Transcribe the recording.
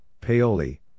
Paoli